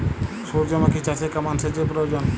সূর্যমুখি চাষে কেমন সেচের প্রয়োজন?